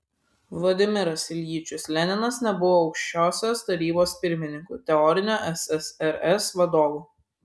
vladimiras iljičius leninas nebuvo aukščiausios tarybos pirmininku teoriniu ssrs vadovu